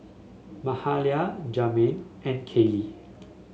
Mahalia Jaheim and Kaley